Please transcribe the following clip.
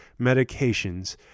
medications